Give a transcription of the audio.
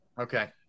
Okay